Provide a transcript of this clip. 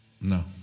No